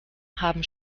haben